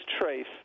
trace